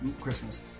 Christmas